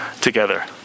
together